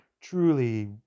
truly